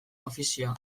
ofizioa